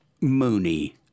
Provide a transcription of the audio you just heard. Mooney